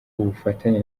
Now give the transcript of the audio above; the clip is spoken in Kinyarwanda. ubufatanye